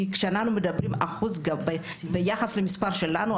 כי כשאנחנו מדברים על אחוז ביחס למספר שלנו,